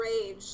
rage